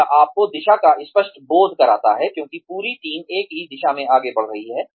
यह आपको दिशा का स्पष्ट बोध कराता है क्योंकि पूरी टीम एक ही दिशा में आगे बढ़ रही है